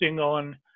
on